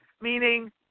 meaning